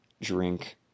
drink